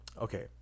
Okay